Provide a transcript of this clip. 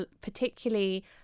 particularly